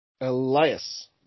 Elias